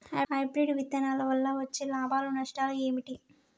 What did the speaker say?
Hybrid విత్తనాల వల్ల వచ్చే లాభాలు నష్టాలు ఏమిటి?